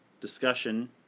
discussion